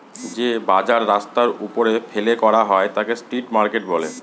যে বাজার রাস্তার ওপরে ফেলে করা হয় তাকে স্ট্রিট মার্কেট বলে